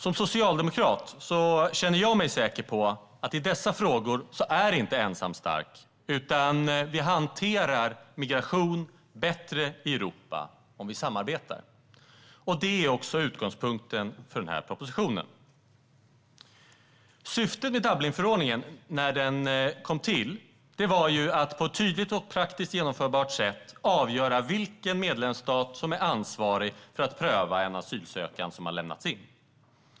Som socialdemokrat känner jag mig säker på att ensam inte är stark i dessa frågor och på att vi hanterar migration bättre i Europa om vi samarbetar. Det är också utgångspunkten för denna proposition. Syftet med Dublinförordningen när den kom till var att på ett tydligt och praktiskt genomförbart sätt avgöra vilken medlemsstat som är ansvarig för att pröva en asylansökan som har lämnats.